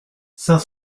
cinq